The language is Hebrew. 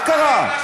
מה קרה?